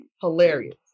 hilarious